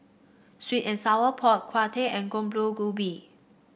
sweet and Sour Pork Tau Huay and